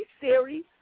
series